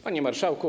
Panie Marszałku!